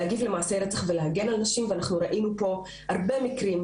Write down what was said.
להגיב למעשי רצח ולהגן על נשים ואנחנו ראינו פה הרבה מקרים,